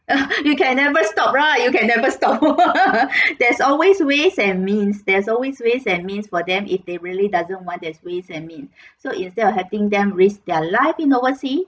you can never stop right you can never stop there's always ways and means there's always ways and means for them if they really doesn't want there's ways and mean so instead of having them risk their life in oversea